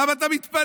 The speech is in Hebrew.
למה אתה מתפלא?